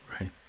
Right